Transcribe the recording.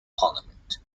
parliament